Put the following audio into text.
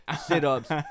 sit-ups